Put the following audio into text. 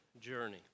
journey